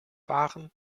waren